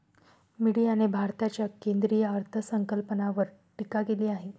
मीडियाने भारताच्या केंद्रीय अर्थसंकल्पावर टीका केली आहे